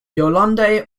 yolande